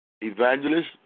Evangelist